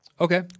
Okay